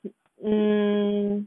mm